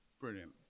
Brilliant